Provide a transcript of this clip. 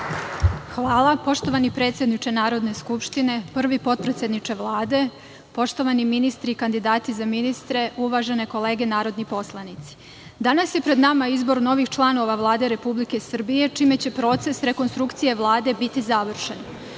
Hvala. Poštovani predsedniče Narodne skupštine, prvi potpredsedniče Vlade, poštovani ministri i kandidati za ministre, uvažene kolege narodni poslanici, danas je pred nama izbor novih članova Vlade Republike Srbije, čime će proces rekonstrukcije Vlade biti završen.Za